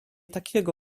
takiego